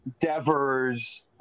devers